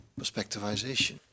perspectivization